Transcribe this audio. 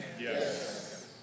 Yes